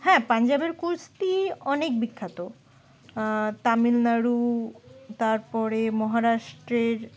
হ্যাঁ পঞ্জাবের কুস্তি অনেক বিখ্যাত তামিলনাড়ু তারপরে মহারাষ্ট্রের